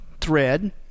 thread